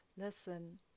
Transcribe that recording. listen